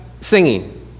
singing